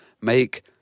make